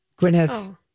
Gwyneth